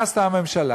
מה עשתה הממשלה?